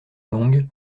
longue